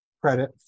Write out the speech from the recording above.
credit